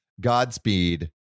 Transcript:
Godspeed